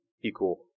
equal